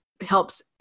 helps